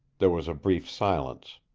there was a brief silence.